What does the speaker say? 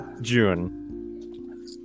June